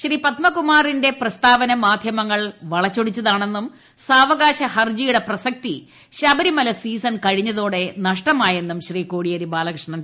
ശ്രീ പത്മകുമാറിന്റെ പ്രസ്താവന മാധ്യമങ്ങൾ വളച്ചൊടിച്ചതാണെന്നും സാവകാശ ഹർജിയുടെ പ്രസക്തി ശബരിമല സീസൺ കഴിഞ്ഞതോടെ നഷ്ടമായെന്നും ശ്രീ കോടിയേരി ബാലകൃഷ്ണൻ